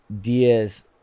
Diaz